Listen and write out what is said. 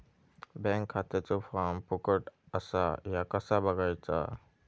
Bank खात्याचो form फुकट असा ह्या कसा बगायचा?